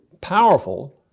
powerful